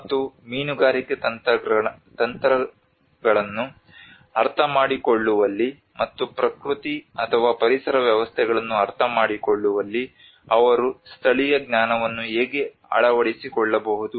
ಮತ್ತು ಮೀನುಗಾರಿಕೆ ತಂತ್ರಗಳನ್ನು ಅರ್ಥಮಾಡಿಕೊಳ್ಳುವಲ್ಲಿ ಮತ್ತು ಪ್ರಕೃತಿ ಅಥವಾ ಪರಿಸರ ವ್ಯವಸ್ಥೆಗಳನ್ನು ಅರ್ಥಮಾಡಿಕೊಳ್ಳುವಲ್ಲಿ ಅವರು ಸ್ಥಳೀಯ ಜ್ಞಾನವನ್ನು ಹೇಗೆ ಅಳವಡಿಸಿಕೊಳ್ಳಬಹುದು